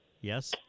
Yes